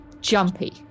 jumpy